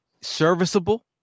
serviceable